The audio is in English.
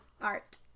art